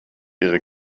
ihre